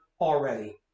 already